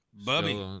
Bubby